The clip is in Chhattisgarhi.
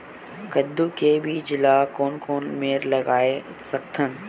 कददू के बीज ला कोन कोन मेर लगय सकथन?